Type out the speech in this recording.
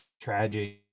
tragic